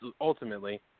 Ultimately